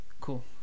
Cool